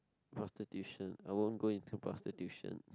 prostitution I won't go into prostitution